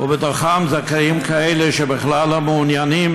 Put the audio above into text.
ובתוכם זכאים כאלה שבכלל לא מעוניינים